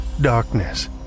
Darkness